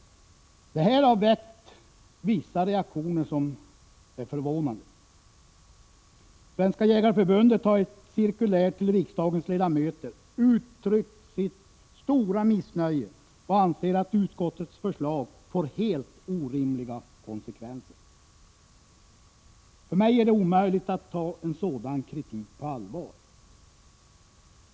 Detta har väckt vissa reaktioner som är förvånande. Svenska jägareförbundet har i ett cirkulär till riksdagens ledamöter uttryckt sitt stora missnöje och anser att utskottets förslag får helt orimliga konsekvenser. För mig är det omöjligt att ta sådan kritik på allvar.